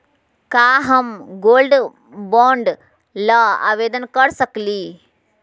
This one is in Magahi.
का हम गोल्ड बॉन्ड ल आवेदन कर सकली?